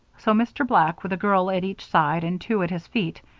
so mr. black, with a girl at each side and two at his feet,